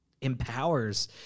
empowers